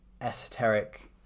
Esoteric